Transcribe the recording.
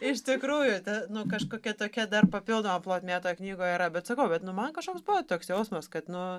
iš tikrųjų ta nu kažkokia tokia dar papildoma plotmė toj knygoje yra bet sakau nu man kažkoks buvo toks jausmas kad nu